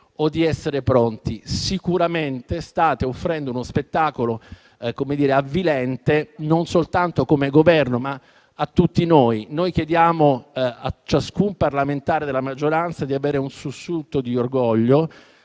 Sicuramente state offrendo uno spettacolo avvilente, non soltanto come Governo, ma a tutti noi. Noi chiediamo, a ciascun parlamentare della maggioranza, di avere un sussulto di orgoglio,